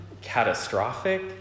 catastrophic